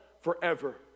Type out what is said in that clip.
forever